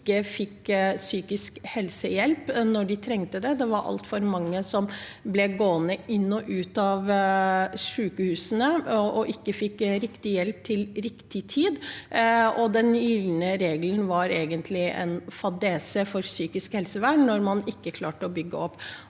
ikke fikk psykisk helsehjelp da de trengte det. Det var altfor mange som ble gående inn og ut av sykehusene og ikke fikk riktig hjelp til riktig tid. Den gylne regelen var egentlig en fadese for psykisk helsevern når man ikke klarte å bygge opp.